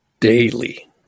Daily